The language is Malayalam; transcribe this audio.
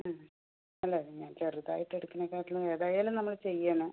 ഉം അല്ല പിന്നെ ചെറുതായിട്ട് എടുക്കുന്നതിനെക്കാളും ഏതായാലും നമ്മൾ ചെയ്യണം